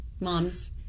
moms